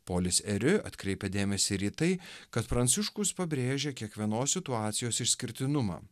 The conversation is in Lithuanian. polis eriu atkreipė dėmesį ir į tai kad pranciškus pabrėžė kiekvienos situacijos išskirtinumą